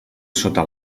sota